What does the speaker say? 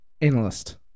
Analyst